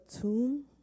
tomb